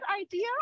idea